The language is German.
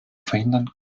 verhindern